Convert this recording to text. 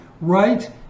right